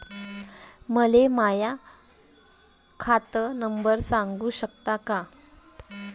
मले माह्या खात नंबर सांगु सकता का?